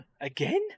again